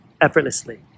effortlessly